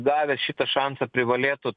gavęs šitą šansą privalėtų